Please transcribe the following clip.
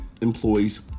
employees